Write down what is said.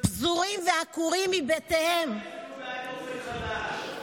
פזורים ועקורים מבתיהם, אולי תיתנו להם אופק חדש.